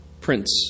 Prince